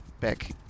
back